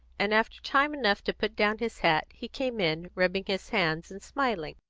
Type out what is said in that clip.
and after time enough to put down his hat, he came in, rubbing his hands and smiling,